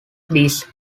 these